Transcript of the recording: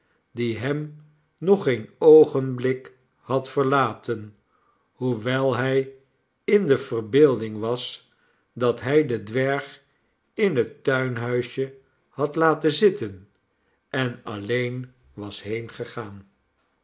die hem nog geen oogenblik had verlaten hoewel hij in de verbeelding was dat hij den dwerg in het tuinhuisje had laten zitten en alleen was